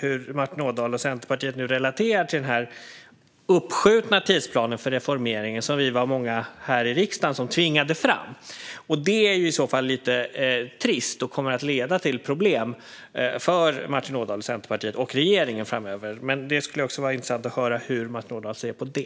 hur Martin Ådahl och Centerpartiet nu relaterar till den uppskjutna tidsplanen för reformeringen som vi var många här i riksdagen som tvingade fram. Det är i så fall lite trist och kommer att leda till problem för Martin Ådahl, Centerpartiet och regeringen framöver. Det skulle vara intressant att höra hur Martin Ådahl ser på det.